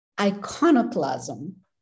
iconoclasm